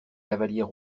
cavaliers